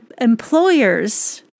employers